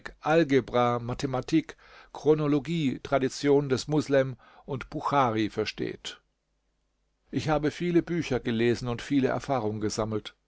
algebra mathematik chronologie tradition des muslemdie zwei berühmtesten traditionssammler der mohammedaner und buchari versteht ich habe viele bücher gelesen und viele erfahrung gesammelt